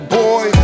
boy